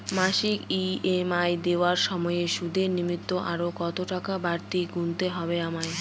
মাসিক ই.এম.আই দেওয়ার সময়ে সুদের নিমিত্ত আরো কতটাকা বাড়তি গুণতে হবে আমায়?